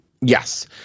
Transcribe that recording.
Yes